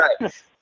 Right